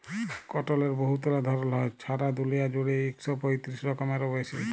কটলের বহুতলা ধরল হ্যয়, ছারা দুলিয়া জুইড়ে ইক শ পঁয়তিরিশ রকমেরও বেশি